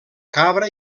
cabra